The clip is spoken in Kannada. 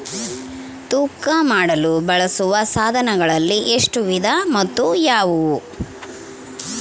ತೂಕ ಮಾಡಲು ಬಳಸುವ ಸಾಧನಗಳಲ್ಲಿ ಎಷ್ಟು ವಿಧ ಮತ್ತು ಯಾವುವು?